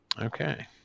Okay